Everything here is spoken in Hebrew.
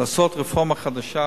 לעשות רפורמה חדשה,